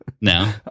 No